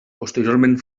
posteriorment